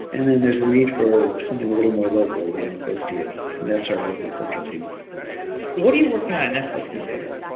and then there's a need for something a little more local, a little more close to you, and that's our local central teams what are you working on at netflix these days?